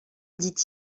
dit